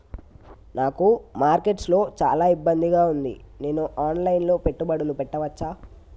నాకు మార్కెట్స్ లో చాలా ఇబ్బందిగా ఉంది, నేను ఆన్ లైన్ లో పెట్టుబడులు పెట్టవచ్చా?